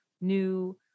new